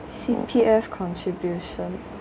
C_P_F contributions